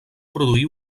produir